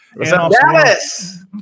Dallas